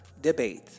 debate